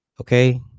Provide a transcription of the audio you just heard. Okay